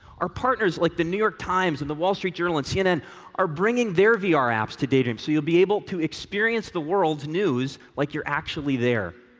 our partners like the new york times and the wall street journal and cnn are bringing their vr apps to daydream so you'll be able to experience the world's news like you're actually there.